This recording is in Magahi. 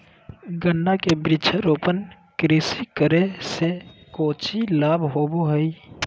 गन्ना के वृक्षारोपण कृषि करे से कौची लाभ होबो हइ?